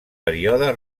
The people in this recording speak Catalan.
període